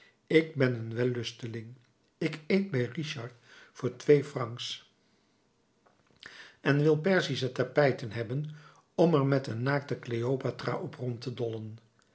ik ben een wellusteling ik eet bij richard voor twee francs en wil perzische tapijten hebben om er met een naakte cleopatra op rond te rollen